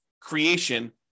creation